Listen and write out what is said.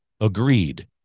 agreed